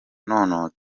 nawe